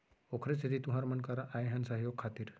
ओखरे सेती तुँहर मन करा आए हन सहयोग खातिर